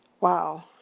Wow